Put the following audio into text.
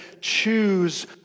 choose